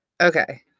Okay